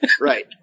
Right